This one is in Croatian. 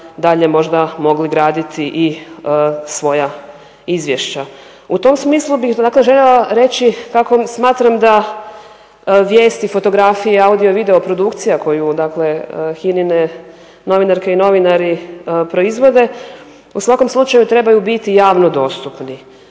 dalje možda mogli graditi i svoja izvješća. U tom smislu bih dakle željela reći kako smatram da vijesti, fotografija, audio-video produkcija koju dakle HINA-ine novinarke i novinari proizvode. U svakom slučaju trebaju biti javno dostupni.